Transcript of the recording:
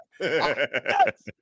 Yes